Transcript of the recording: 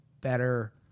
better